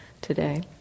today